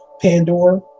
Pandora